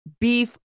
beef